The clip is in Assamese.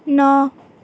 ন